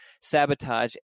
sabotage